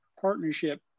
partnership